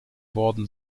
worden